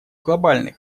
глобальный